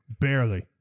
Barely